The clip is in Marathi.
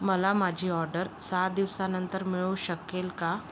मला माझी ऑर्डर सहा दिवसानंतर मिळू शकेल का